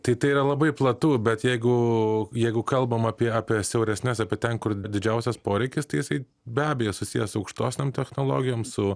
tai tai yra labai platu bet jeigu jeigu kalbam apie apie siauresnes apie ten kur didžiausias poreikis tai jisai be abejo susijęs su aukštom technologijom su